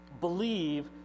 believe